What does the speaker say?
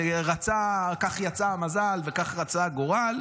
וכך יצא המזל וכך רצה הגורל,